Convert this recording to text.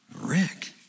Rick